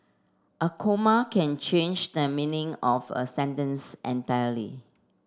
a comma can change the meaning of a sentence entirely